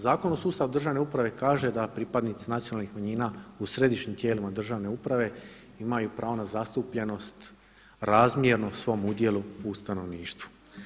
Zakon o sustavu državne uprave kaže da pripadnici nacionalnih manjina u središnjim tijelima državne uprave imaju pravo na zastupljenost razmjerno svom udjelu u stanovništvu.